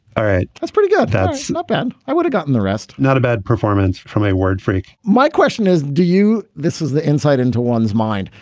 all right. that's pretty good. that's ah bad. i would have gotten the rest. not a bad performance from a word freak. my question is, do you. this is the insight into one's mind.